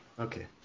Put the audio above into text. okay